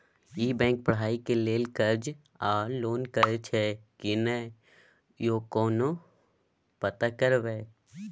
ई bank पढ़ाई के लेल कर्ज आ लोन करैछई की नय, यो केना पता करबै?